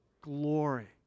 glory